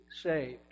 saved